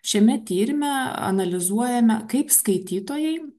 šiame tyrime analizuojame kaip skaitytojai